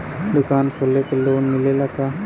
दुकान खोले के लोन मिलेला का?